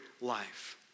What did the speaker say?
life